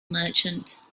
merchant